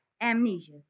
amnesia